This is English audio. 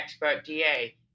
ExpertDA